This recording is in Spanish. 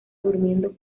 durmiendo